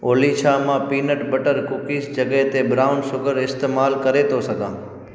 ऑली छा मां पीनट बटर कुकीज़ जॻह ते ब्राउन शुगर इस्तमाल करी थो सघा